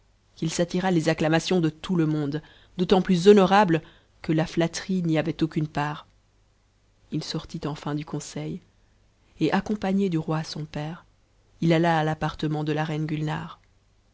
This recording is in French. qu'il s'attira les acclamations de lout le monde d'autant plus honorables que la uatterie n'y avait aucune part il sortit enfin du conseil et accompagne du roi son père il alla à appartement de la reine